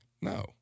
No